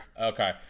okay